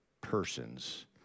persons